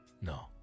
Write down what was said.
No